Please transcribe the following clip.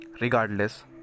regardless